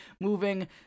moving